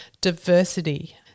diversity